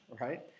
right